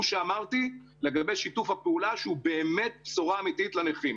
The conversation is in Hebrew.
הוא שאמרתי לגבי שיתוף הפעולה שהוא באמת בשורה אמיתית לנכים.